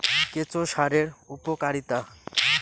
কেঁচো সারের উপকারিতা?